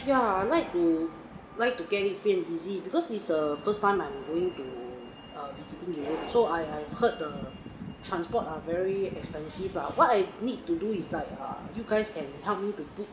ya like to like to get it free and easy because is a first time I'm going to visiting europe so I I heard the transport are very expensive lah what I need to do is like err you guys can help me to book